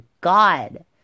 God